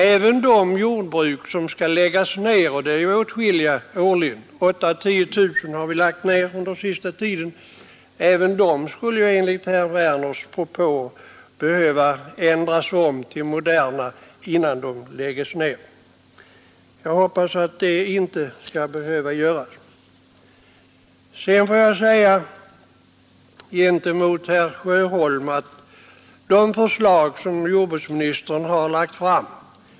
Även stallar vid jordbruk som skall läggas ned skulle enligt herr Werners propå behöva ändras om och moderniseras innan de lägges ned. Det gäller åtskilliga jordbruk. Under den senaste tiden har 8 000-10 000 lagts ned. Jag hoppas att vi inte skall behöva göra sådana ingrepp som herr Werner avser. Till herr Sjöholm skulle jag vilja säga något om de förslag som jordbruksministern lagt fram.